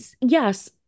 Yes